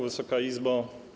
Wysoka Izbo!